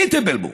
מי יטפל בו?